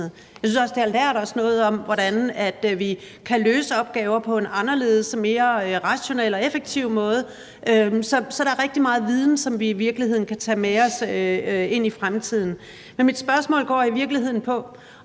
Jeg synes også, det har lært os noget om, hvordan vi kan løse opgaver på en anderledes, mere rationel og effektiv måde. Så der er rigtig meget viden, som vi i virkeligheden kan tage med os ind i fremtiden. Mit spørgsmål går i virkeligheden på,